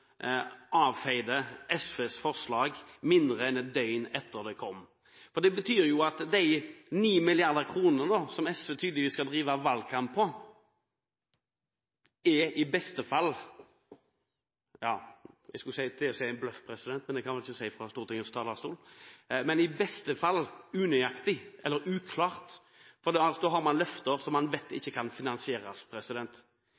avfeide SVs forslag mindre enn et døgn etter at det kom. Det betyr jo at løftet om de 9 mrd. kr, som SV tydeligvis skal drive valgkamp på, i beste fall er – jeg skulle til å si en bløff, men det kan jeg vel ikke si fra Stortingets talerstol – unøyaktig eller uklart, for da har man et løfte som man vet